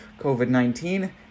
COVID-19